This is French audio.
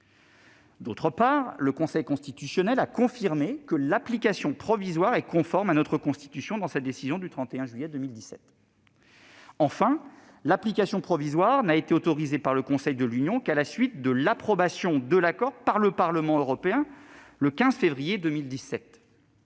ensuite, le Conseil constitutionnel a confirmé que l'application provisoire est conforme à notre Constitution dans sa décision du 31 juillet 2017 ; enfin, l'application provisoire n'a été autorisée par le Conseil de l'Union qu'à la suite de l'approbation de l'accord par le Parlement européen, le 15 février 2017.